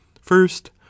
first